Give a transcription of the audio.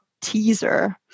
teaser